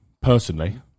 personally